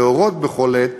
להורות בכל עת